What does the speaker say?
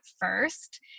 first